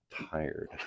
tired